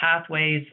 pathways